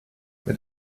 mit